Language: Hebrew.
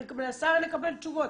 אני מנסה לקבל תשובות.